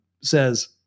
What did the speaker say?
says